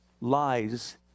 lies